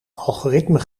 algoritme